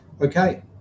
okay